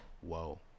Whoa